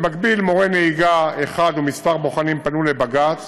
נוסף על כך, מורה נהיגה אחד וכמה בוחנים פנו לבג"ץ